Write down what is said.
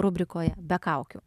rubrikoje be kaukių